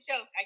joke